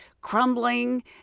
crumbling